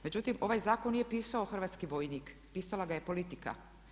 Međutim, ovaj zakon nije pisao hrvatski vojnik, pisala ga je politika.